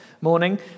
morning